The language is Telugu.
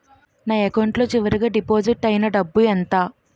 నా అకౌంట్ లో చివరిగా డిపాజిట్ ఐనా డబ్బు ఎంత?